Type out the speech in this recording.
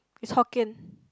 is Hokkien